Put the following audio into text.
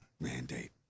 Mandate